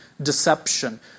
deception